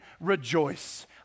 rejoice